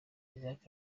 isaac